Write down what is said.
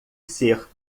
ser